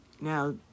now